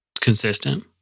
consistent